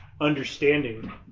understanding